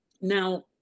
Now